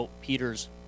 Peter's